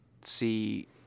see